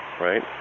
right